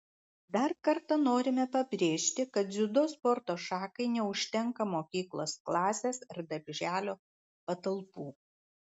dar kartą norime pabrėžti kad dziudo sporto šakai neužtenka mokyklos klasės ar darželio patalpų